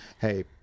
Hey